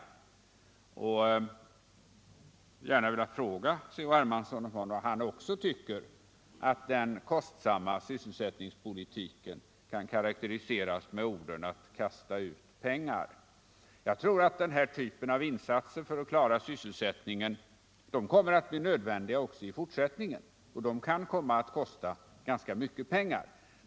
Jag skulle gärna vilja fråga Carl-Henrik Hermansson om han också tycker alt den kostsamma sysselsättningspolitiken kan karakteriseras med orden ”att kasta ut pengar”. Jag tror att den här typen av insatser för att klara sysselsättningen kommer att bli nödvändig också i fortsättningen, och detta kan komma att kosta ganska mycket pengar.